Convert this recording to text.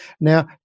Now